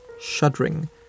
shuddering